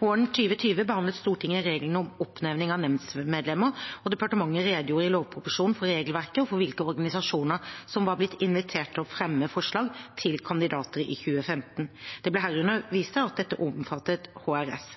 Våren 2020 behandlet Stortinget reglene om oppnevning av nemndmedlemmer, og departementet redegjorde i lovproposisjonen for regelverket og for hvilke organisasjoner som hadde blitt invitert til å fremme forslag til kandidater i 2015. Det ble herunder vist til at dette omfattet HRS.